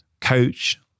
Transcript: coach